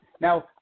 Now